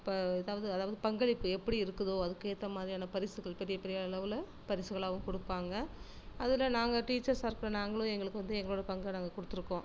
இப்போ அதாவது அதாவது பங்களிப்பு எப்படி இருக்குதோ அதுக்கு ஏற்ற மாதிரியான பரிசுகள் பெரிய பெரிய அளவில் பரிசுகளாகவும் கொடுப்பாங்க அதில் நாங்கள் டீச்சர்ஸ்ஸாக இருக்கிற நாங்களும் எங்களுக்கு வந்து எங்களோட பங்கை நாங்கள் கொடுத்துருக்கோம்